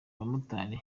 abamotari